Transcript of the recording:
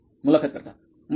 मुलाखत कर्ता मस्त